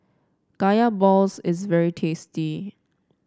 Kaya Balls is very tasty